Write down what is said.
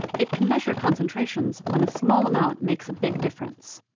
it can measure concentrations when a small amount makes a big difference.